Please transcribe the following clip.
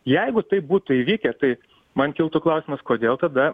jeigu taip būtų įvykę tai man kiltų klausimas kodėl tada